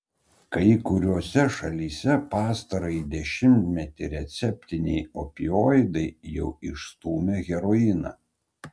kai kuriose šalyse pastarąjį dešimtmetį receptiniai opioidai jau išstūmė heroiną